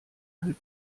halb